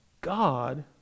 God